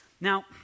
Now